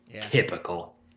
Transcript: Typical